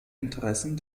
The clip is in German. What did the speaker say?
interessen